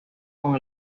con